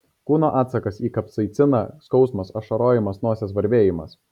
kūno atsakas į kapsaiciną skausmas ašarojimas nosies varvėjimas